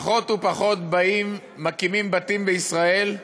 פחות ופחות באים ומקימים בתים בישראל.